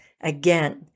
again